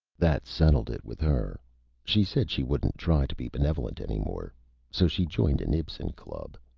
that settled it with her she said she wouldn't try to be benevolent any more so she joined an ibsen club.